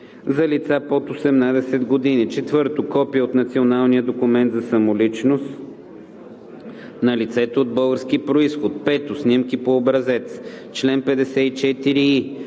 за лица под 18 години; 4. Копие от националния документ за самоличност на лицето от български произход; 5. Снимки по образец. Чл. 54и.